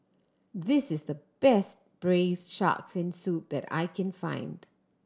this is the best Braised Shark Fin Soup that I can find